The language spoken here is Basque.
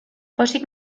pozik